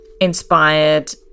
inspired